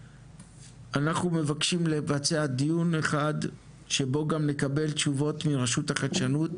אנחנו מבקשים לבצע דיון אחד שבו גם נקבל תשובות מרשות החדשנות,